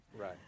Right